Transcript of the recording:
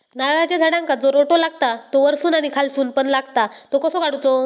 नारळाच्या झाडांका जो रोटो लागता तो वर्सून आणि खालसून पण लागता तो कसो काडूचो?